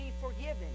forgiven